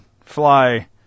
fly